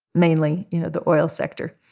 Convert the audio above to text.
mainly, you know, the oil sector.